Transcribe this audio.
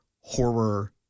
horror